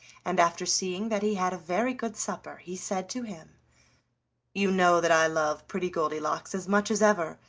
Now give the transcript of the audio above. and after seeing that he had a very good supper he said to him you know that i love pretty goldilocks as much as ever,